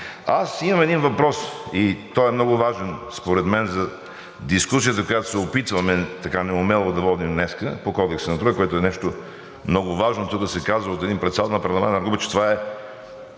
Аз имам един въпрос и той е много важен според мен за дискусията, която се опитваме така неумело да водим днес по Кодекса на труда, което е нещо много важно. Тук се каза от един председател на парламентарна